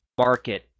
market